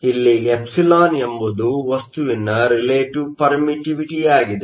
ಇಲ್ಲಿ ε ಎಂಬುದು ವಸ್ತುವಿನ ರಿಲೆಟಿವ್ ಪರ್ಮಿಟ್ಟಿವಿಟಿಯಾಗಿದೆ